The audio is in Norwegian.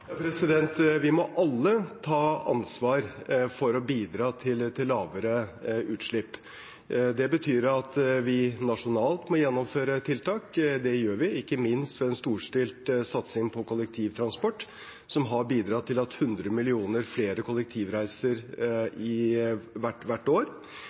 Vi må alle ta ansvar for å bidra til lavere utslipp. Det betyr at vi må gjennomføre tiltak nasjonalt. Det gjør vi, ikke minst ved en storstilt satsing på kollektivtransport, som har bidratt til hundre millioner flere kollektivreiser hvert år.